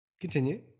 Continue